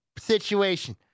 situation